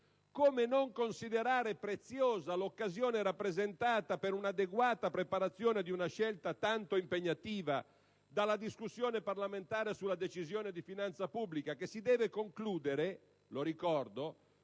come non considerare preziosa l'occasione rappresentata, per un'adeguata preparazione di una scelta tanto impegnativa, dalla discussione parlamentare sulla Decisione di finanza pubblica? Ricordo che